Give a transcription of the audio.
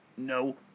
No